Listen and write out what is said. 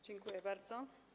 Dziękuję bardzo.